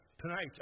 tonight